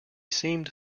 seemed